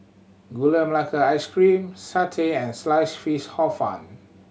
Gula Melaka Ice Cream satay and Sliced Fish Hor Fun